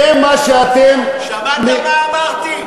זה מה שאתם, שמעת מה אמרתי?